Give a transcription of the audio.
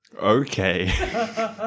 Okay